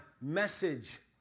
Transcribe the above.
message